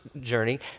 journey